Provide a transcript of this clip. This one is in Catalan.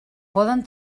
poden